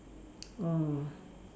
oh